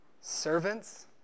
Servants